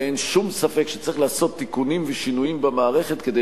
ואין שום ספק שצריך לעשות תיקונים ושינויים במערכת כדי